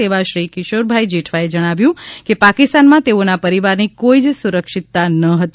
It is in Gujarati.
તેવા શ્રી કિશોરભાઈ જેઠવાએ જણાવ્યું કે પાકિસ્તાનમાં તેઓના પરિવારની કોઈ જ સુરક્ષિતતા ન હતી